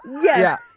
Yes